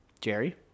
Jerry